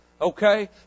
Okay